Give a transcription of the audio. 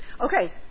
Okay